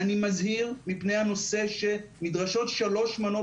אני מזהיר מפני הנושא שנדרשות שלוש מנות